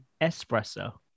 espresso